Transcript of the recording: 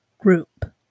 group